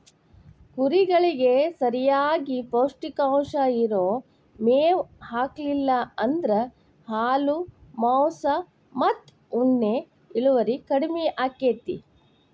ಕುರಿಗಳಿಗೆ ಸರಿಯಾಗಿ ಪೌಷ್ಟಿಕಾಂಶ ಇರೋ ಮೇವ್ ಹಾಕ್ಲಿಲ್ಲ ಅಂದ್ರ ಹಾಲು ಮಾಂಸ ಮತ್ತ ಉಣ್ಣೆ ಇಳುವರಿ ಕಡಿಮಿ ಆಕ್ಕೆತಿ